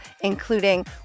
including